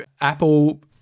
Apple